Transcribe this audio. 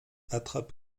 attrape